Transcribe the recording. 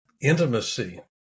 intimacy